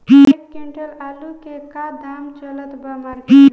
एक क्विंटल आलू के का दाम चलत बा मार्केट मे?